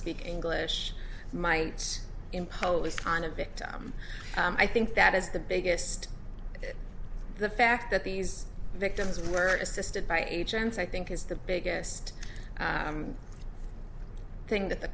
speak english might impose on a victim i think that is the biggest the fact that these victims were assisted by agents i think is the biggest thing that the